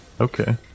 Okay